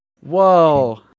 Whoa